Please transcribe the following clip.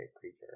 creature